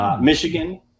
Michigan